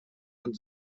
und